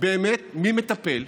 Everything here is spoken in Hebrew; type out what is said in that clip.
ובאמת מי מטפל,